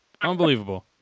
Unbelievable